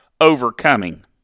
overcoming